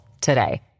today